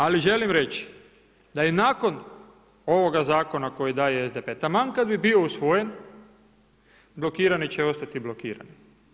Ali želim reći da i nakon ovoga zakona koji daje SDP, taman kad bi bio usvojen, blokirani će ostati blokirani.